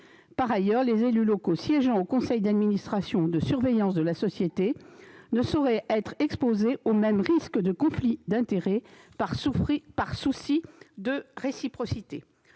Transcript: Par ailleurs, les élus locaux siégeant au conseil d'administration ou de surveillance de la société ne sauraient être exposés au même risque de conflit d'intérêts, par souci de réciprocité.